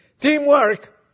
Teamwork